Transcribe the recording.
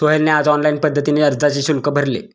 सोहेलने आज ऑनलाईन पद्धतीने अर्जाचे शुल्क भरले